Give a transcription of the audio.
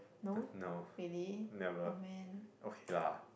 don't know never okay lah